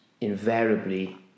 invariably